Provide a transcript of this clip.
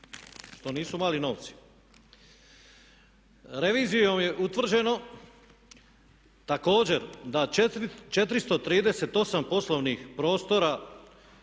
što nisu mali novci. Revizijom je utvrđeno također da 438 poslovnih prostora